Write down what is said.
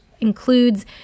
includes